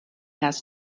has